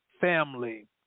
family